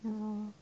mm